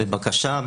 בבקשה,